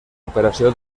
operació